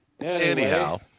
Anyhow